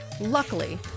Luckily